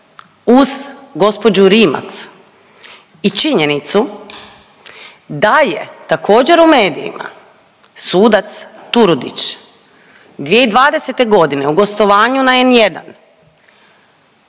uz gospođu Rimac i činjenicu da je također u medijima sudac Turudić 2020. godine u gostovanju na N1